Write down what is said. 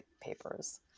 papers